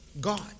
God